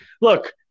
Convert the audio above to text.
Look